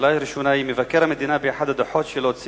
שאלה ראשונה: מבקר המדינה ציין באחד הדוחות שלו כי